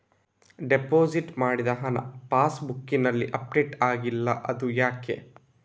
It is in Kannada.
ಡೆಪೋಸಿಟ್ ಮಾಡಿದ ಹಣ ಪಾಸ್ ಬುಕ್ನಲ್ಲಿ ಅಪ್ಡೇಟ್ ಆಗಿಲ್ಲ ಅದು ಯಾಕೆ?